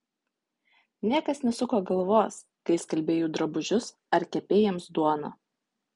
niekas nesuko galvos kai skalbei jų drabužius ar kepei jiems duoną